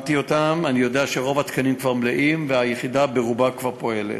אני יודע שרוב התקנים כבר מלאים והיחידה ברובה כבר פועלת.